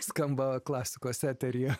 skamba klasikos eteryje